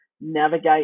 navigate